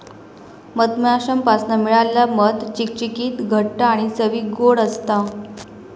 मधमाश्यांपासना मिळालेला मध चिकचिकीत घट्ट आणि चवीक ओड असता